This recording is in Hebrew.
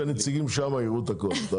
והכנסת בחוק ההסדרים את זה?